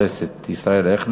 תודה רבה, חבר הכנסת ישראל אייכלר.